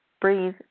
breathe